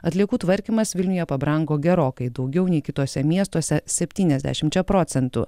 atliekų tvarkymas vilniuje pabrango gerokai daugiau nei kituose miestuose septyniasdešimčią procentų